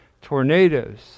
tornadoes